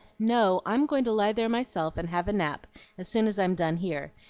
no, i'm going to lie there myself and have a nap as soon as i'm done here.